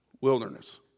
wilderness